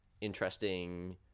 interesting